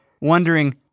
wondering